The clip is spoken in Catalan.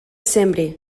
sembre